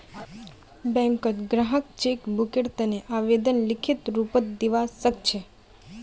बैंकत ग्राहक चेक बुकेर तने आवेदन लिखित रूपत दिवा सकछे